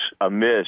amiss